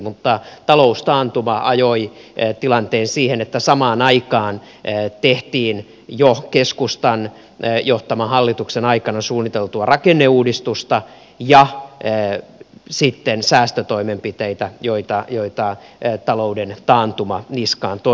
mutta taloustaantuma ajoi tilanteen siihen että samaan aikaan tehtiin jo keskustan johtaman hallituksen aikana suunniteltua rakenneuudistusta ja säästötoimenpiteitä joita talouden taantuma niskaan toi